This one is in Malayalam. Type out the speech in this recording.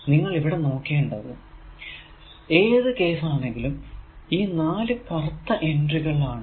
നിങ്ങൾ ഇവിടെ നോക്കേണ്ടത് ഏതു കേസിലാണേലും ഈ 4 കറുത്ത എൻട്രി കൾ ആണ്